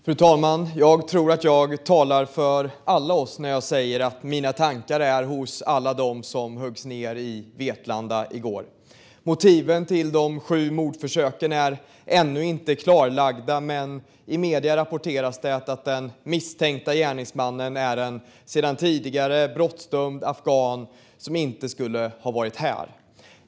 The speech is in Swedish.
Fru talman! Jag tror att jag talar för alla oss när jag säger att mina tankar är hos alla dem som höggs ned i Vetlanda i går. Motiven till de sju mordförsöken är ännu inte klarlagda. Men i medierna rapporteras att den misstänka gärningsmannen är en sedan tidigare brottsdömd afghan som inte skulle ha varit här.